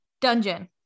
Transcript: dungeon